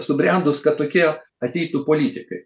subrendus kad tokie ateitų politikai